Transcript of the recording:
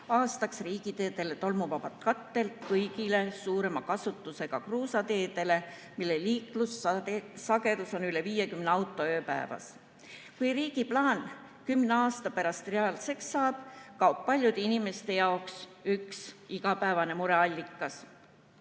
aastaks riigiteede puhul tolmuvaba katte kõigile suurema kasutusega kruusateedele, mille liiklussagedus on üle 50 auto ööpäevas. Kui riigi plaan kümne aasta pärast reaalsuseks saab, kaob paljude inimeste jaoks üks igapäevane mureallikas.